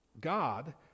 God